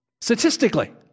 Statistically